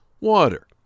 water